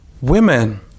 women